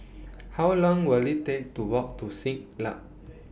How Long Will IT Take to Walk to Siglap